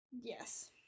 Yes